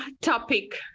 topic